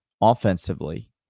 offensively